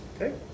Okay